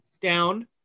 down